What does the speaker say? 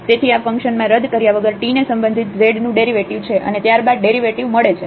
તેથી આ ફંક્શન માં રદ કર્યા વગર t ને સંબંધિત z નું ડેરિવેટિવ છે અને ત્યારબાદ ડેરિવેટિવ મળે છે